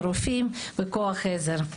רופאים וכוח עזר.